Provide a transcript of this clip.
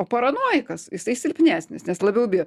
o paranojikas jisai silpnesnis nes labiau bijo